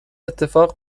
اتفاق